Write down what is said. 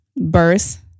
birth